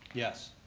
yes.